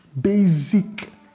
basic